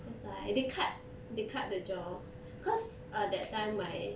that's why they cut they cut the jaw cause that time my